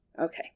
Okay